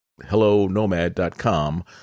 hellonomad.com